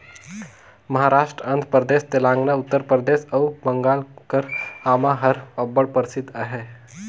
महारास्ट, आंध्र परदेस, तेलंगाना, उत्तर परदेस अउ बंगाल कर आमा हर अब्बड़ परसिद्ध अहे